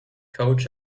coach